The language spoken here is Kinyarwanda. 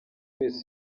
wese